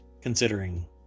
considering